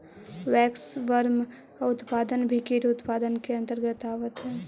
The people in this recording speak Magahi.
वैक्सवर्म का उत्पादन भी कीट उत्पादन के अंतर्गत आवत है